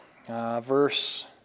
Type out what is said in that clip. Verse